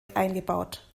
eingebaut